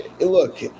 look